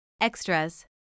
Extras